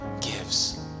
gives